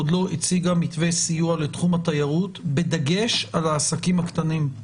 עוד לא הציגה מתווה סיוע לתחום התיירות בדגש על העסקים הקטנים.